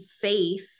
faith